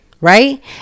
Right